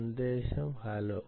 സന്ദേശം ഹലോ